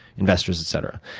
investors, etc.